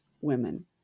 women